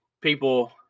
people